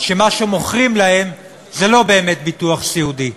שמה שמוכרים להם זה לא באמת ביטוח סיעודי: